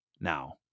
now